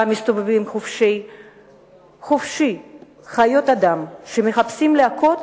שבה מסתובבים חופשי חיות אדם שמחפשים להכות